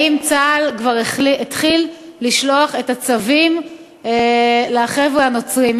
האם צה"ל כבר התחיל לשלוח את הצווים לחבר'ה הנוצרים?